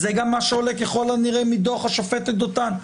זה גם מה שעולה ככל הנראה מדוח השופטת דותן.